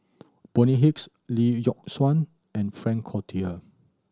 Bonny Hicks Lee Yock Suan and Frank Cloutier